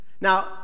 Now